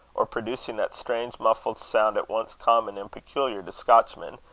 or producing that strange muffled sound at once common and peculiar to scotchmen,